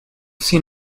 seen